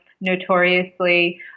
notoriously